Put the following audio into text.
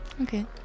okay